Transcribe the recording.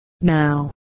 Now